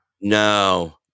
No